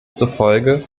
zufolge